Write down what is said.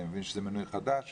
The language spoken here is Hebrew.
אני מבין שזה מינוי חדש